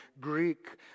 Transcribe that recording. Greek